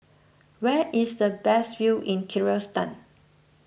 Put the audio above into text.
where is the best view in Kyrgyzstan